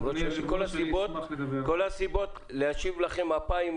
יש לי את כל הסיבות להשיב לכם אפיים